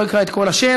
לא אקרא את כל השם,